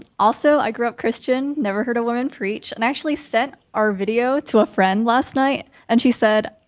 also i grew up christian, never heard a woman preach and actually sent our video to a friend last night and she said,